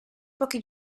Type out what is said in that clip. pochi